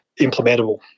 implementable